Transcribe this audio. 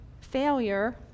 failure